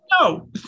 No